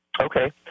Okay